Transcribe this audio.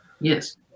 Yes